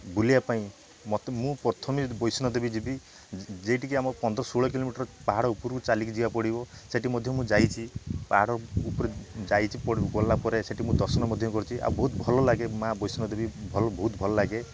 ବୁଲିବା ପାଇଁ ମତେ ମୁଁ ପ୍ରଥମେ ବୈଷ୍ଣ ଦେବୀ ଯିବି ଯେ ଟିକେ ଆମ ପନ୍ଦର ଷୋହଳ କିଲୋମିଟର ପାହାଡ଼ ଉପରକୁ ଚାଲିକି ଯିବାକୁ ପଡ଼ିବ ସେଇଠି ମଧ୍ୟ ମୁଁ ଯାଇଛି ପାହାଡ଼ ଉପରେ ଯାଇଛି ଗଲାପରେ ସେଇଠି ମୁଁ ଦର୍ଶନ ମଧ୍ୟ କରିଛି ଆଉ ବହୁତ ଭଲଲାଗେ ମାଁ ବୈଷ୍ଣ ଦେବୀ ଭଲ ବହୁତ ଭଲ ଲାଗେ